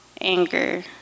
anger